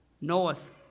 knoweth